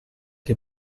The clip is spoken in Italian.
che